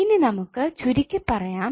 ഇനി നമുക്ക് ചുരുക്കി പറയാം